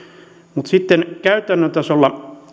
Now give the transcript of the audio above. mutta sitten käytännön tasolla